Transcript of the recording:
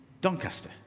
Doncaster